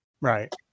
right